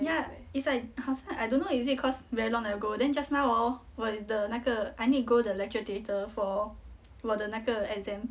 ya it's like 好像 I don't know is it cause very long never go then just now hor 我的那个 I need go the lecture theatre for 我的那个 exam